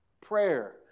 prayer